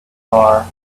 are